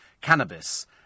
cannabis